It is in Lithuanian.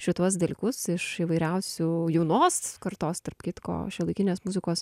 šituos dalykus iš įvairiausių jaunos kartos tarp kitko šiuolaikinės muzikos